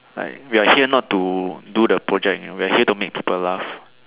like we are here not to do the project you know we're here to make people laugh